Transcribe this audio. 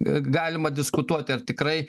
galima diskutuoti ar tikrai